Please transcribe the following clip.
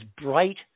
bright